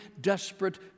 desperate